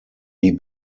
die